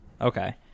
Okay